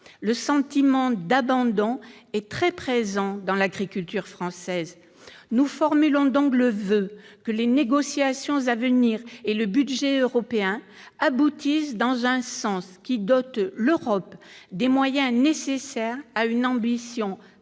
Le sentiment d'abandon est très présent dans l'agriculture française. Nous formons donc le voeu que les négociations à venir et le budget européen aboutissent dans un sens qui dote l'Europe des moyens nécessaires à une ambition